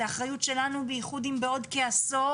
זה אחריות שלנו בייחוד אם בעוד כעשור